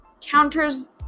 counters